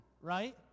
right